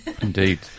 Indeed